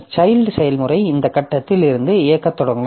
child செயல்முறை இந்த கட்டத்தில் இருந்து இயக்கத் தொடங்கும்